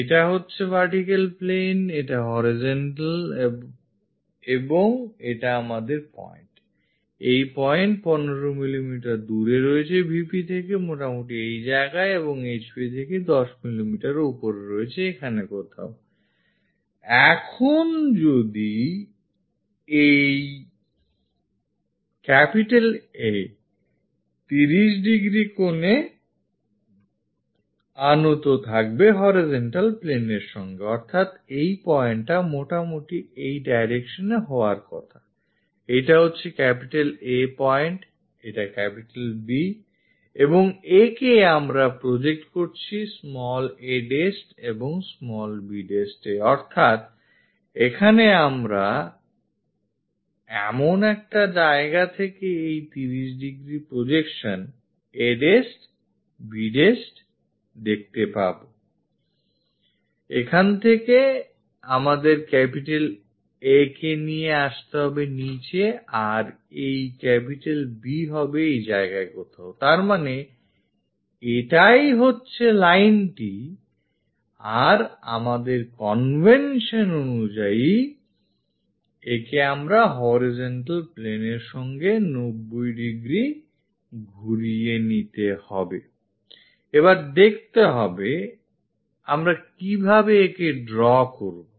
এই হচ্ছে vertical plane horizontal plane এবং এটা আমাদের pointI এই point 15 মিলিমিটার দূরে রয়েছে VP থেকে মোটামুটি এই জায়গায় এবংHP থেকে 10 মিলিমিটার উপরে রয়েছে এখানে কোথাওI এখন এই A 30° কোণে আনত থাকবে horizontal plane এর সঙ্গেI অর্থাৎ এই pointটা মোটামুটি এই directionএ যাওয়ার কথাI এটা হচ্ছে A point এটা B এবং একে আমরা প্রজেক্ট করছি a' এবং b' এI অর্থাৎ এখানে আমরা এমন একটা জায়গা থেকে এই 30° প্রজেকশনa'b' দেখতে পাবোI এখান থেকে আমাদের A কে নিয়ে আসতে হবে নিচে আর এই B হবে এই জায়গায় কোথাওI তার মানে এটাই হচ্ছে লাইনটি আর আমাদের কনভেনশন অনুযায়ী একে আমরা হরাইজন্টাল প্লেন এর সঙ্গে 90 ডিগ্রি ঘুরিয়ে নিতে হবেI এবার দেখতে হবে আমরা কিভাবে একে ড্র করব